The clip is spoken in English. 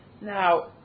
Now